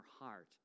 heart